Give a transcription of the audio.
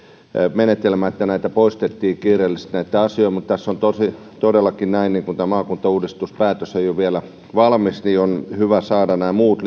menetelmään että näitä poistettiin kiireellisesti näitä asioita mutta se on todellakin näin että kun tämä maakuntauudistuspäätös ei ole vielä valmis niin on hyvä saada nämä muut